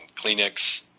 Kleenex